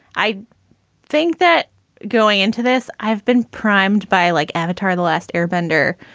i think that going into this, i've been primed by like avatar, the last airbender,